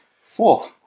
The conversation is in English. Four